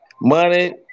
money